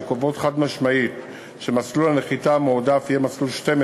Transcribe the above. שקובעות חד-משמעית שמסלול הנחיתה המועדף יהיה מסלול 12,